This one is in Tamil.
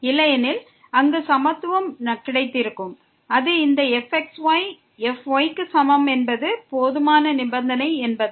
இல்லையெனில் அங்கு சமத்துவம் கிடைத்திருக்கும் அது இந்த fxy fy க்கு சமம் என்பது போதுமான நிபந்தனை என்பதால்